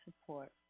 support